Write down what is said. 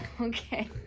Okay